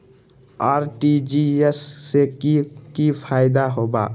RTGS से की की फायदा बा?